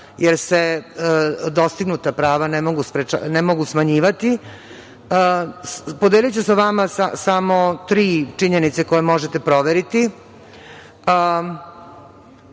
jer se dostignuta prava ne mogu smanjivati, podeliću sa vama samo tri činjenice koje možete proveriti.Za